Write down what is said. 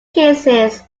cases